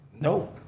No